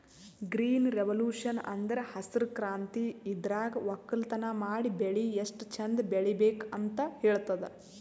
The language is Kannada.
ಗ್ರೀನ್ ರೆವೊಲ್ಯೂಷನ್ ಅಂದ್ರ ಹಸ್ರ್ ಕ್ರಾಂತಿ ಇದ್ರಾಗ್ ವಕ್ಕಲತನ್ ಮಾಡಿ ಬೆಳಿ ಎಷ್ಟ್ ಚಂದ್ ಬೆಳಿಬೇಕ್ ಅಂತ್ ಹೇಳ್ತದ್